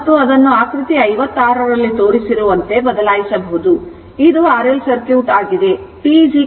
ಮತ್ತು ಅದನ್ನು ಆಕೃತಿ 56 ರಲ್ಲಿ ತೋರಿಸಿರುವಂತೆ ಬದಲಾಯಿಸಬಹುದು ಇದು RL ಸರ್ಕ್ಯೂಟ್ ಆಗಿದೆ